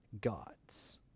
gods